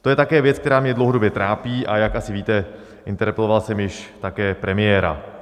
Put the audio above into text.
To je také věc, která mě dlouhodobě trápí, a jak asi víte, interpeloval jsem již také premiéra.